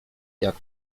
jak